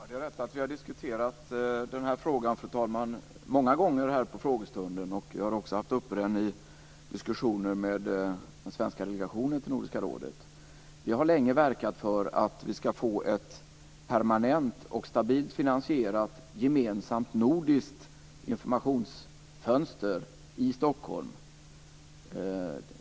Fru talman! Det är rätt att vi har diskuterat den här frågan många gånger här på frågestunden. Jag har också haft den uppe i diskussioner med den svenska delegationen till Nordiska rådet. Vi har länge verkat för att vi ska få ett permanent och stabilt finansierat gemensamt nordiskt informationsfönster i Stockholm.